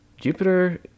Jupiter